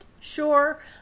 Sure